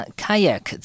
kayak